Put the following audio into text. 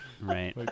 right